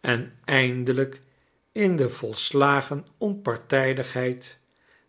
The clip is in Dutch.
en eindelijk in de volslagen onpartijdigheid